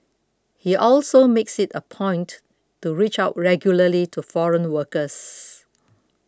he also makes it a point to reach out regularly to foreign workers